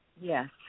Yes